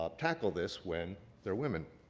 um tackle this when they're women?